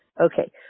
Okay